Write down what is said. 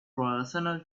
personal